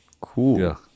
Cool